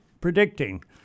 predicting